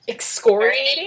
Excoriating